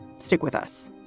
stick with us